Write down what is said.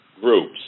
groups